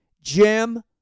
Jim